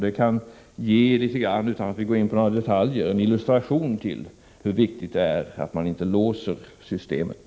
Detta kan — utan att vi går in på några detaljer — utgöra en illustration av hur viktigt det är att inte låsa systemet.